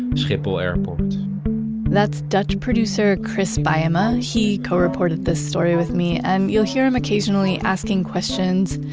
schiphol airport that's dutch producer, chris bajema. he co-reported this story with me and you'll hear him occasionally asking questions,